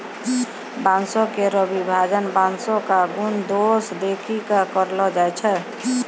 बांसों केरो विभाजन बांसों क गुन दोस देखि कॅ करलो जाय छै